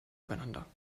übereinander